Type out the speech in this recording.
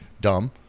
dumb